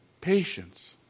Patience